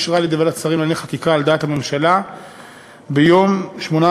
שאושרה על-ידי ועדת השרים לענייני חקיקה על דעת הממשלה ביום 18